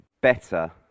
better